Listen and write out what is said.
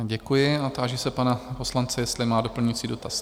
Děkuji a táži se pana poslance, jestli má doplňující dotaz?